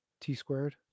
T-squared